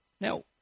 Now